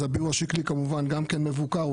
אז הביאור השקלי כמובן גם כן מבוקר,